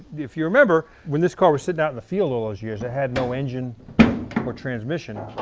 if you remember, when this car was sitting out in the field all those years it had no engine or transmission.